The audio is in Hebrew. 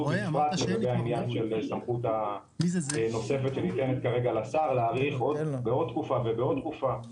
לגבי הסמכות הנוספת שניתנת כרגע לשר להאריך בעוד תקופה ובעוד תקופה,